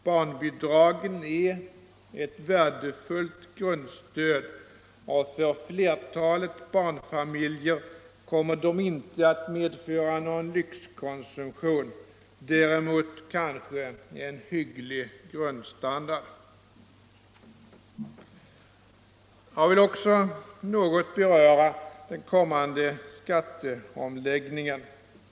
Barnbidraget är ett värdefullt grundstöd, och för flertalet barnfamiljer kommer det inte att medföra någon lyxkonsumtion — däremot kanske en hygglig grundstandard. Jag vill också beröra den kommande skatteomläggningen.